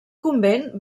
convent